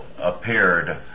appeared